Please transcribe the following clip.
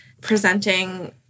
presenting